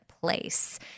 place